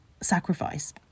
sacrifice